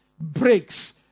breaks